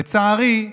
לצערי,